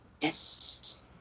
Yes